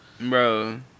Bro